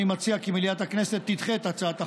אני מציע כי מליאת הכנסת תדחה את הצעת החוק,